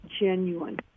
genuine